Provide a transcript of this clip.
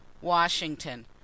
Washington